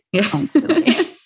constantly